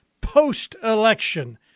post-election